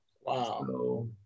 wow